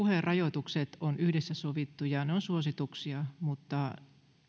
puherajoitukset ovat yhdessä sovittuja ne ovat suosituksia mutta kun